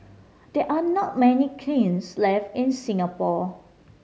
there are not many kilns left in Singapore